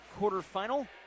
quarterfinal